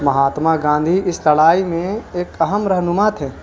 مہاتما گاندھی استڑائی میں ایک اہم رہنمات ہےے